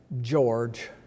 George